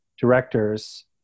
directors